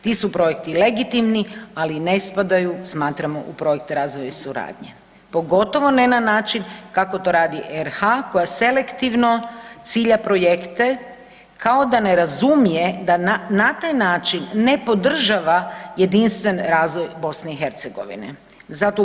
Ti su projekti legitimni, ali ne spadaju smatramo u projekte razvoja i suradnje pogotovo ne na način kako to radi RH koja selektivno cilja projekte kao da ne razumije da na taj način ne podržava jedinstven razvoj Bosne i Hercegovine.